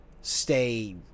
stay